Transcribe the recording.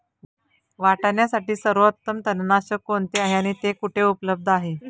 वाटाण्यासाठी सर्वोत्तम तणनाशक कोणते आहे आणि ते कुठे उपलब्ध आहे?